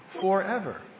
forever